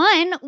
One